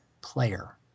player